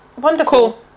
Wonderful